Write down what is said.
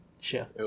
Chef